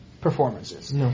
performances